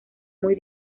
muy